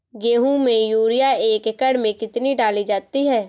गेहूँ में यूरिया एक एकड़ में कितनी डाली जाती है?